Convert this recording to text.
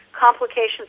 complications